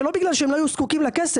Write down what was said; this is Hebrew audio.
וזה לא בגלל שהם לא היו זקוקים לכסף,